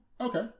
Okay